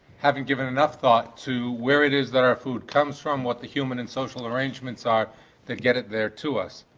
having given enough thought to where it is that our food comes from, what the human and social arrangements are to get it there to us.